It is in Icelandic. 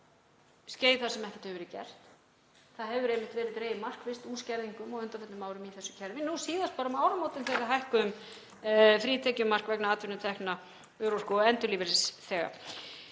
skeið þar sem ekkert hefur verið gert. Það hefur einmitt verið dregið markvisst úr skerðingum á undanförnum árum í þessu kerfi, nú síðast bara um áramótin þegar við hækkuðum frítekjumark vegna atvinnutekna örorku- og endurhæfingarlífeyrisþega.